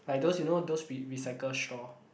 like those you know those recycle straw